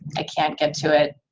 i can't get to it,